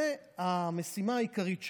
זה המשימה העיקרית שלנו,